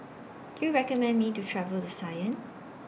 Do YOU recommend Me to travel to Cayenne